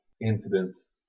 incidents